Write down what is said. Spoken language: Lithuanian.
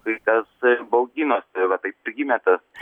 kai kas bauginosi va taip prigimė tas